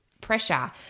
pressure